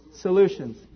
solutions